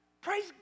Praise